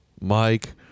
Mike